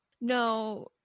no